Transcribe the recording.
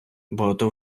багато